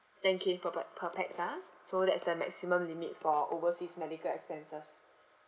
ten K per pa~ per pax ah so that's the maximum limit for overseas medical expenses